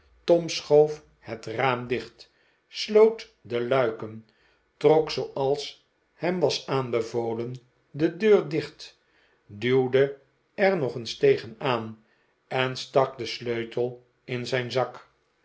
tom schoof het raam dicht sloot de luiken trok zooals hem was aanbevolen de deur dicht duwde er nog eens tegen aan en stak den sleutel in zijn zak